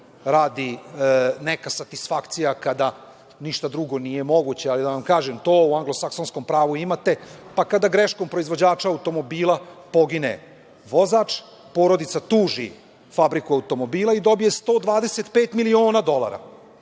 radi neka satisfakcija kada ništa drugo nije moguće. Ali, da vam kažem, to u anglosaksonskom pravu imate, pa kada greškom proizvođača automobila pogine vozač, porodica tuži fabriku automobila i dobije 125 miliona dolara